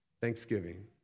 thanksgiving